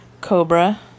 Cobra